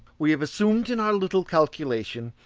we have assumed, in our little calculation,